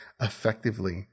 effectively